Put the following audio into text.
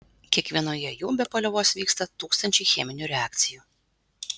kiekvienoje jų be paliovos vyksta tūkstančiai cheminių reakcijų